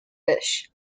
fish